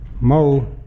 Mo